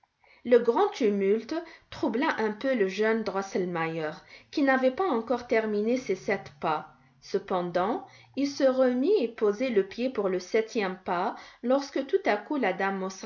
le grand tumulte troubla un peu le jeune drosselmeier qui n'avait pas encore terminé ses sept pas cependant il se remit et posait le pied pour le septième pas lorsque tout à coup la dame